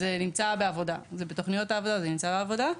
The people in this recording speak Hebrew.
זה בתוכניות העבודות, וזה נמצא בעבודה.